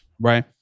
right